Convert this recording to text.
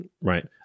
Right